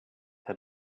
had